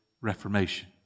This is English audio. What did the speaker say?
reformation